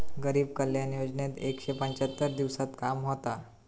गरीब कल्याण योजनेत एकशे पंच्याहत्तर दिवसांत काम होता